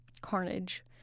carnage